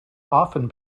often